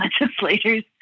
legislators